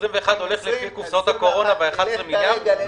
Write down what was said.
תקציב 2021 הולך לפי קופסאות הקורונה וה-11 מיליארד?